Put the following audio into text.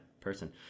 person